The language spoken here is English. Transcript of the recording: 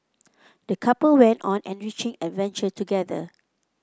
the couple went on an enriching adventure together